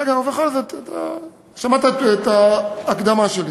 רגע, ובכל זאת, שמעת את ההקדמה שלי.